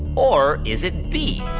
or is it b,